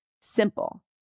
Simple